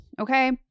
Okay